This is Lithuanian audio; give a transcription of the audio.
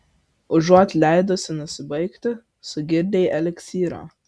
užuot leidusi nusibaigti sugirdei eliksyro